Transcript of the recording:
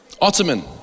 Ottoman